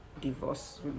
divorce